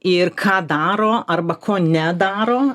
ir ką daro arba ko nedaro